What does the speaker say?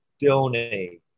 donate